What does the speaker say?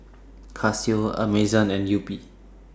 Casio Amazon and Yupi